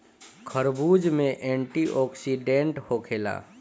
खरबूज में एंटीओक्सिडेंट होखेला